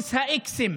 טופס האיקסים.